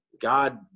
God